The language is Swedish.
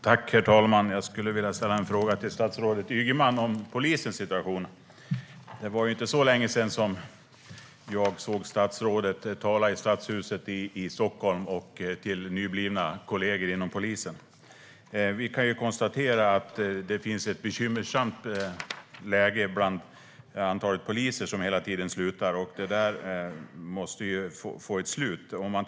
Herr talman! Jag vill ställa en fråga till statsrådet Ygeman om polisens situation. För inte så länge sedan hörde jag statsrådet tala i Stockholms stadshus till nyblivna kollegor inom polisen. Vi kan konstatera att det är ett bekymmersamt läge att så många poliser slutar. Detta måste vi stoppa.